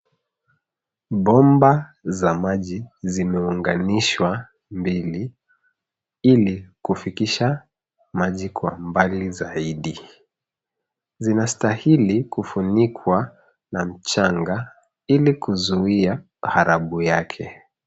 Bomba za maji zimeunganishwa ili kufikisha maji kwa mbali zaidi. Zinastahili kufunikwa na mchanga, ili kuzuia harabu yake.